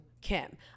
Kim